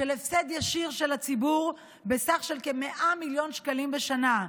והפסד ישיר של הציבור בסך של כ-100 מיליון שקלים בשנה,